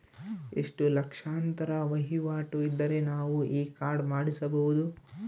ಎಷ್ಟು ಲಕ್ಷಾಂತರ ವಹಿವಾಟು ಇದ್ದರೆ ನಾವು ಈ ಕಾರ್ಡ್ ಮಾಡಿಸಬಹುದು?